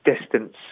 distance